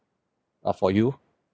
uh for you